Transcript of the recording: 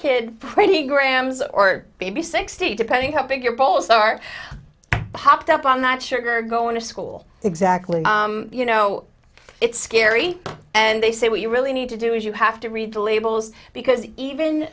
kid pretty grams or maybe sixty depending how big your balls are hopped up on that sugar going to school exactly you know it's scary and they say what you really need to do is you have to read the labels because even